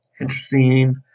interesting